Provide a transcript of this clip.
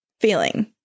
feeling